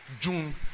June